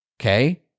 Okay